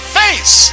face